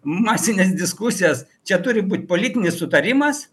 masines diskusijas čia turi būt politinis sutarimas